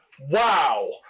Wow